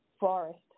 Forest